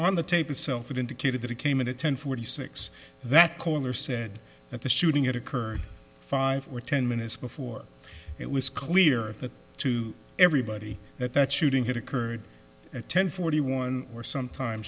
on the tape itself it indicated that it came in at ten forty six that caller said that the shooting had occurred five or ten minutes before it was clear that to everybody that that shooting had occurred at ten forty one or some time